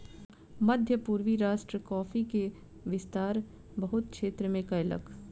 मध्य पूर्वी राष्ट्र कॉफ़ी के विस्तार बहुत क्षेत्र में कयलक